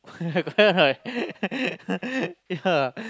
correct or not yeah